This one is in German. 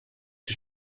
die